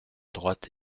droite